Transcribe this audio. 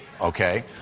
Okay